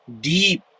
deep